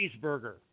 Cheeseburger